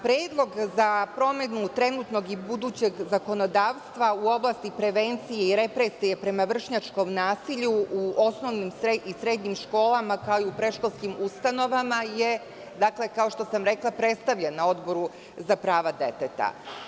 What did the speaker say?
Predlog za promenu trenutnog i budućeg zakonodavstva u oblasti prevencije i represije prema vršnjačkom nasilju u osnovnim i srednjim školama, kao i predškolskim ustanovama je, dakle, kao što sam rekla predstavljen na Odboru za prava deteta.